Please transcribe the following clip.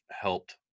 helped